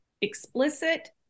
explicit